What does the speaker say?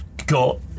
Got